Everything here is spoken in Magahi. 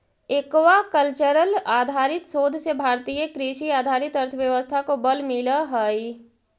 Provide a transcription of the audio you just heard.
एक्वाक्ल्चरल आधारित शोध से भारतीय कृषि आधारित अर्थव्यवस्था को बल मिलअ हई